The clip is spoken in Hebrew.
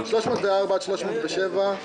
הצבעה בעד, נגד,